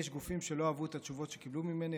יש גופים שלא אהבו את התשובות שקיבלו ממני,